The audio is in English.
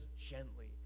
gently